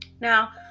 Now